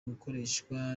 gukoreshwa